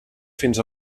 fins